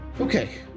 Okay